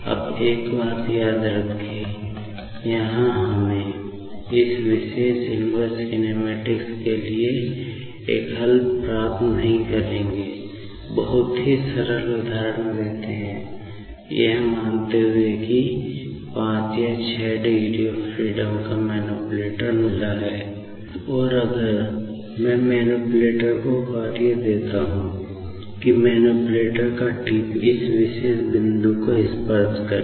अब एक बात याद रखें यहां हमे इस विशेष इनवर्स कीनेमेटीक्स का टिप इस विशेष बिंदु को स्पर्श करे